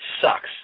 sucks